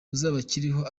uzabakiriho